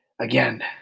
again